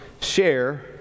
share